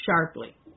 sharply